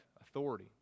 authority